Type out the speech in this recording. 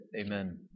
Amen